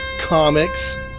comics